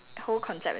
aang is